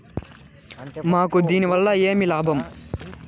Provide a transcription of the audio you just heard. మాకు దీనివల్ల ఏమి లాభం